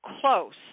close